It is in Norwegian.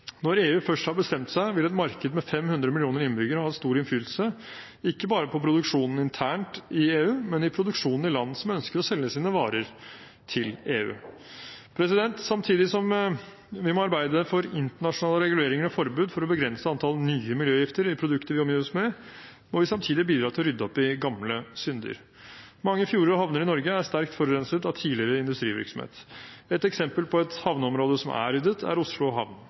Når EU først har bestemt seg, vil et marked med 500 millioner innbyggere ha stor innflytelse, ikke bare på produksjonen internt i EU, men på produksjonen i land som ønsker å selge sine varer til EU. Samtidig som vi må arbeide for internasjonale reguleringer og forbud for å begrense antall nye miljøgifter i produkter vi omgir oss med, må vi bidra til å rydde opp i gamle synder. Mange fjorder og havner i Norge er sterkt forurenset av tidligere industrivirksomhet. Et eksempel på et havneområde som er ryddet, er Oslo Havn.